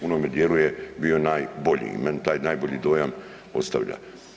U onome dijelu je bio najbolji i meni taj najbolji dojam ostavlja.